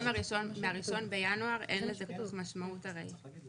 מהראשון בינואר אין לזה שום משמעות הרי.